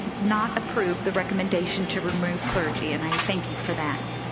not approve the recommendation to remove clergy and i thank you for that.